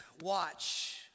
watch